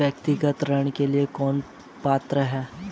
व्यक्तिगत ऋण के लिए कौन पात्र है?